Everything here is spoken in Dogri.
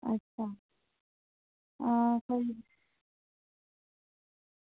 आं अच्छा स्हेई